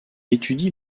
étudie